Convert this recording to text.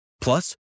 Plus